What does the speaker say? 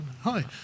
Hi